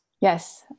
Yes